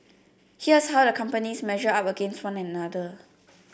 here's how the companies measure up against one another